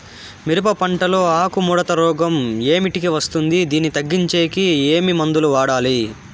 మిరప పంట లో ఆకు ముడత రోగం ఏమిటికి వస్తుంది, దీన్ని తగ్గించేకి ఏమి మందులు వాడాలి?